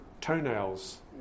toenails